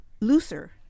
looser